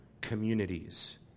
communities